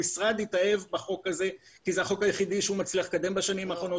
המשרד התאהב בחוק הזה כי זה החוק היחיד שהוא מצליח לקדם בשנים האחרונות.